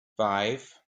five